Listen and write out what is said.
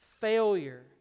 failure